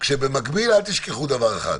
כשבמקביל אל תשכחו דבר אחד,